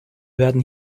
werden